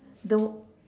the